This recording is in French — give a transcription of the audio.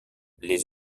les